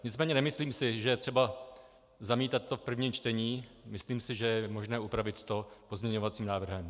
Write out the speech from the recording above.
Nicméně nemyslím si, že je třeba zamítat to v prvním čtení, myslím si, že je možné upravit to pozměňovacím návrhem.